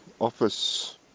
office